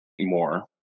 more